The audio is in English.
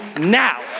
now